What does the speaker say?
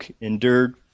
endured